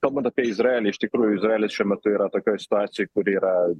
kalbant apie izraelį iš tikrųjų izraelis šiuo metu yra tokioj situacijoj kuri yra